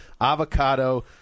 avocado